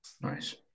Nice